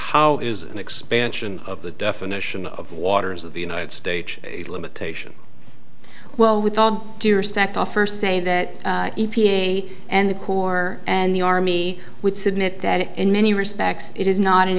how is an expansion of the definition of waters of the united states a limitation well with all due respect offer say that e p a and the corps and the army would submit that in many respects it is not an